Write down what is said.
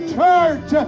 church